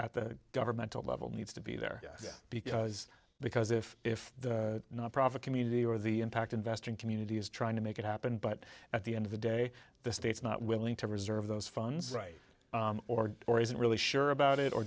at the governmental level needs to be there because because if if the nonprofit community or the impact investing community is trying to make it happen but at the end of the day the state's not willing to preserve those funds right or or isn't really sure about it or